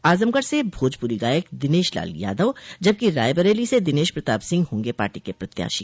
आजमगढ़ से भोजपुरी गायक दिनेश लाल यादव जबकि रायबरेली से दिनेश प्रताप सिंह होंगे पार्टी के प्रत्याशी